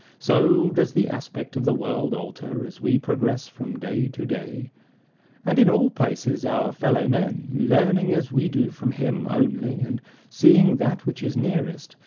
so does the aspect of the world alter as we progress from day to day and in all places our fellow-men, learning as we do from him only, and seeing that which is nearest,